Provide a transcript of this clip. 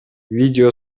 видео